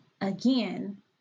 again